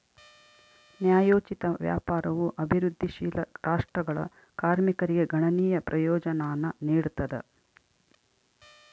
ನ್ಯಾಯೋಚಿತ ವ್ಯಾಪಾರವು ಅಭಿವೃದ್ಧಿಶೀಲ ರಾಷ್ಟ್ರಗಳ ಕಾರ್ಮಿಕರಿಗೆ ಗಣನೀಯ ಪ್ರಯೋಜನಾನ ನೀಡ್ತದ